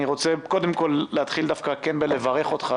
אני רוצה קודם כול להתחיל דווקא בלברך אותך,